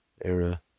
era